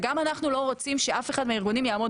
וגם אנחנו לא רוצים שאף אחד מהארגונים יעמוד